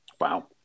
Wow